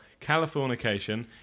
Californication